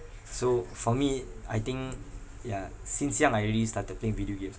so for me I think yeah since young I already started playing video games ah